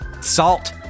Salt